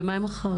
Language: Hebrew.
ומה עם החרדי?